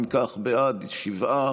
אם כך, בעד, שבעה,